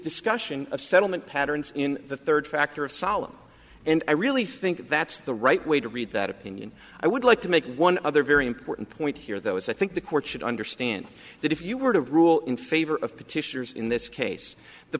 discussion of settlement patterns in the third factor of solemn and i really think that's the right way to read that opinion i would like to make one other very important point here though is i think the court should understand that if you were to rule in favor of petitioners in this case the